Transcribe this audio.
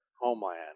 homeland